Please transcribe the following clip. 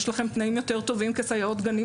יש לכם תנאים יותר טובים כסייעות גנים